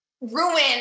ruin